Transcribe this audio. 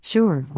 Sure